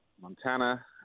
Montana